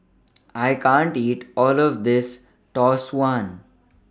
I can't eat All of This Tau Suan